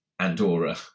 Andorra